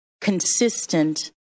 consistent